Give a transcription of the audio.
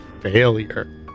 failure